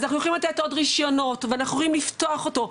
אז אנחנו יכולים לתת עוד רישיונות ואנחנו יכולים לפתוח אותו,